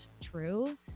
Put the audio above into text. true